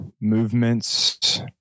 movements